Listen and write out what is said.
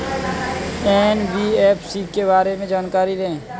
NBFC के बारे में जानकारी दें?